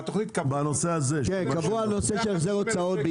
בעיקר החזר הוצאות.